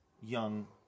young